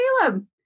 Caleb